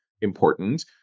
important